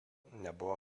nebuvo